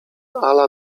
ala